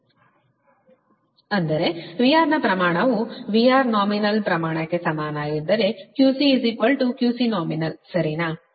QCQCnominal|VR||VRnominal|2 ಅಂದರೆ VRನ ಪ್ರಮಾಣವು VR ನಾಮಿನಲ್ ಪ್ರಮಾಣಕ್ಕೆ ಸಮನಾಗಿದ್ದರೆQC QCnominal ಸರಿನಾ